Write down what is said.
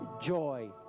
joy